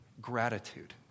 gratitude